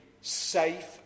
safe